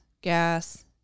gas